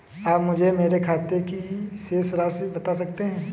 आप मुझे मेरे खाते की शेष राशि बता सकते हैं?